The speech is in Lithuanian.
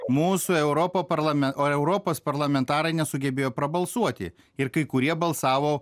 mūsų europaparlamen o europos parlamentarai nesugebėjo prabalsuoti ir kai kurie balsavo